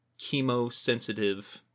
chemosensitive